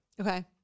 Okay